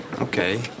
Okay